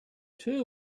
two